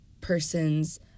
person's